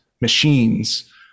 machines